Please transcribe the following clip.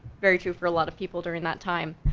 very true for a lot of people during that time.